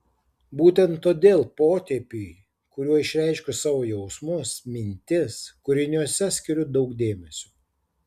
būtent todėl potėpiui kuriuo išreiškiu savo jausmus mintis kūriniuose skiriu daug dėmesio